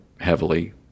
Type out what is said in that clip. heavily